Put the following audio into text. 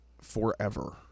forever